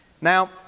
Now